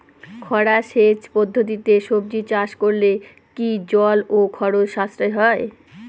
খরা সেচ পদ্ধতিতে সবজি চাষ করলে কি জল ও খরচ সাশ্রয় হয়?